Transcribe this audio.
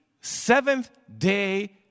Seventh-day